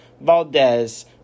Valdez